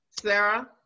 Sarah